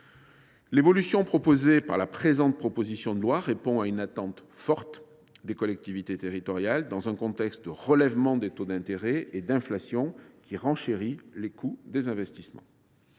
l’évolution proposée par la présente proposition de loi répond à une attente forte des collectivités territoriales, dans un contexte de relèvement des taux d’intérêt et de forte inflation, qui renchérit le coût des investissements.